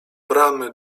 bramy